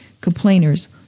complainers